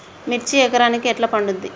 మిర్చి ఎకరానికి ఎట్లా పండుద్ధి?